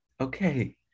Okay